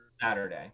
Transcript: saturday